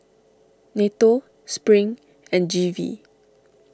Nato Spring and G V